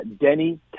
Denny